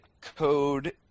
code